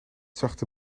zachte